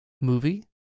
movie